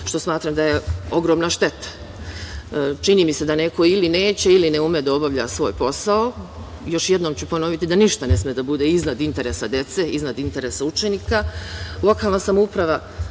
što smatram da je ogromna šteta. Čini mi se da neko ili neće ili ne ume da obavlja svoj posao. Još jednom ću ponoviti da ništa ne sme da bude iznad interesa dece, iznad interesa učenika. Lokalna samouprava